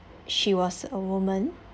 she was a woman